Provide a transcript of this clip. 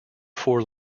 four